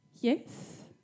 yes